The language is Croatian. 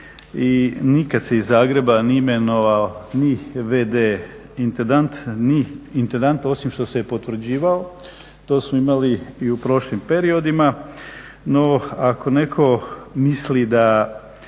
i nikad se iz Zagreba nije imenovao ni v.d. intendant ni intendant, osim što se potvrđivao. To smo imali i u prošlim periodima, no ako netko misli da